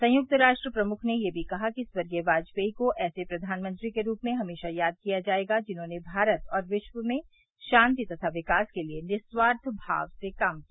संयुक्त राष्ट्र प्रमुख ने यह भी कहा कि स्वर्गीय वाजपेई को ऐसे प्रघानमंत्री के रूप में हमेशा याद किया जायेगा जिन्होंने भारत और विश्व में शांति तथा विकास के लिए निःस्वार्थ भाव से काम किया